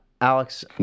Alex